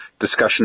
discussion